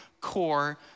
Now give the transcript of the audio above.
core